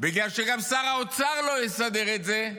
בגלל שגם שר האוצר לא יסדר את זה,